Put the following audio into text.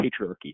patriarchy